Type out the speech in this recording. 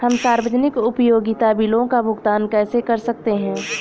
हम सार्वजनिक उपयोगिता बिलों का भुगतान कैसे कर सकते हैं?